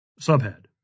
Subhead